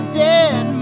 dead